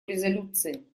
резолюции